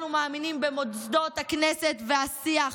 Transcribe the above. אנחנו מאמינים במוסדות הכנסת והשיח.